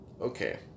Okay